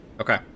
Okay